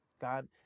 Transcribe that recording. God